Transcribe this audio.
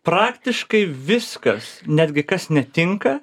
praktiškai viskas netgi kas netinka